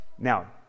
Now